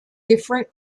different